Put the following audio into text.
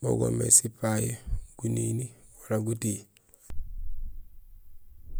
Bugo goomé sipayi, gunini wala gutihi.